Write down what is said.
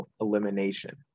elimination